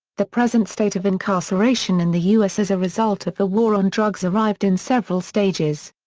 the present state of incarceration in the u s. as a result of the war on drugs arrived in several stages.